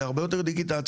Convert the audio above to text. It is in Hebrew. להרבה יותר דיגיטציה,